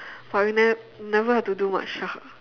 but we never never have to do much ah